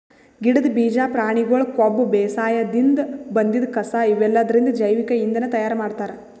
ಗಿಡದ್ ಬೀಜಾ ಪ್ರಾಣಿಗೊಳ್ ಕೊಬ್ಬ ಬೇಸಾಯದಿನ್ದ್ ಬಂದಿದ್ ಕಸಾ ಇವೆಲ್ಲದ್ರಿಂದ್ ಜೈವಿಕ್ ಇಂಧನ್ ತಯಾರ್ ಮಾಡ್ತಾರ್